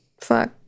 fuck